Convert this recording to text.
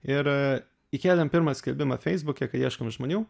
ir įkėlėm pirmą skelbimą feisbuke kai ieškom žmonių